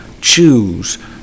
choose